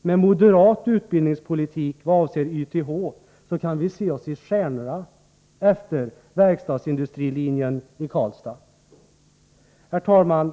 Med moderat utbildningspolitik vad avser YTH kan vi se i stjärnorna efter verkstadsindustrilinjen i Karlstad. Herr talman!